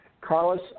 Carlos